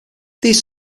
these